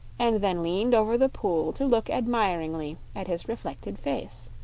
and then leaned over the pool to look admiringly at his reflected face.